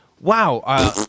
wow